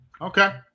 Okay